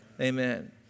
Amen